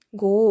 go